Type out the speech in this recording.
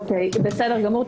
אוקיי, בסדר גמור.